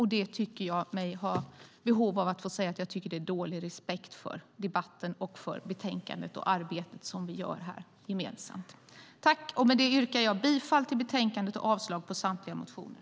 Jag tycker mig ha ett behov av att säga att jag tycker att det är dålig respekt för debatten och för betänkandet och det arbete som vi gör här gemensamt. Med det yrkar jag bifall till förslaget i betänkandet och avslag på samtliga motioner.